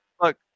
look